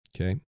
Okay